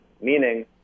meaning